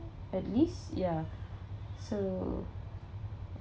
at least ya so